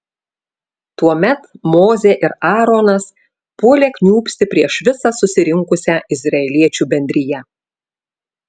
tuomet mozė ir aaronas puolė kniūbsti prieš visą susirinkusią izraeliečių bendriją